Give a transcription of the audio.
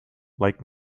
like